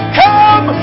come